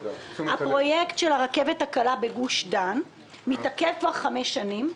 הפרויקט של הרכבת הקלה בגוש דן מתעכב כבר חמש שנים,